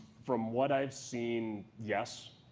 from what i've seen, yes,